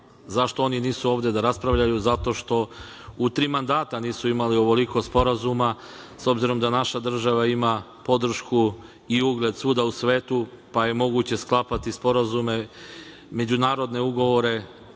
Zašto oni nisu ovde da raspravljaju? Zato što u tri mandata nisu imali ovoliko sporazuma, s obzirom da naša država ima podršku i ugled svuda u svetu pa je moguće sklapati sporazume, međunarodne ugovore,